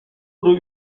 oder